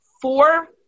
four